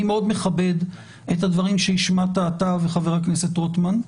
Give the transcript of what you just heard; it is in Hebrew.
אני מאוד מכבד את הדברים שהשמעת אתה וחבר הכנסת רוטמן,